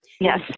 Yes